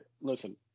listen